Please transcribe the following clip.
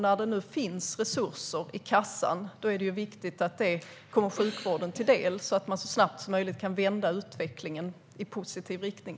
När det nu finns resurser i kassan är det viktigt att de kommer sjukvården till del så att man så snabbt som möjligt kan vända utvecklingen i positiv riktning.